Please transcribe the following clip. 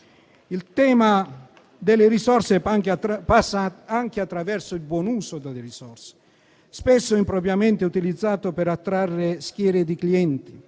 Il tema delle risorse passa anche attraverso il buon uso delle risorse, spesso impropriamente utilizzate per attrarre schiere di clienti,